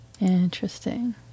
Interesting